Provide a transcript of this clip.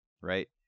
right